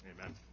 Amen